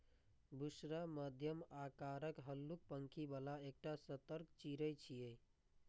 बुशरा मध्यम आकारक, हल्लुक पांखि बला एकटा सतर्क चिड़ै छियै